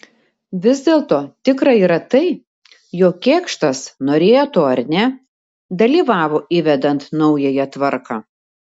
vis dėlto tikra yra tai jog kėkštas norėjo to ar ne dalyvavo įvedant naująją tvarką